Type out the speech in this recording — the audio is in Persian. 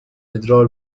ادرار